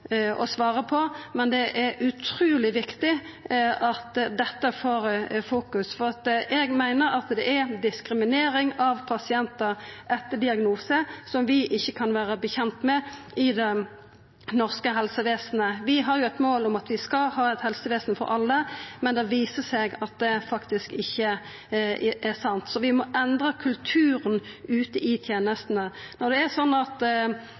er ei diskriminering av pasientar etter diagnose som vi ikkje kan vedkjenna oss, i det norske helsevesenet. Vi har jo eit mål om at vi skal ha eit helsevesen for alle, men det viser seg at det faktisk ikkje er sant. Vi må endra kulturen ute i tenestene. Når det er slik at